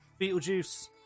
Beetlejuice